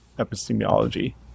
epistemology